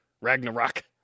Ragnarok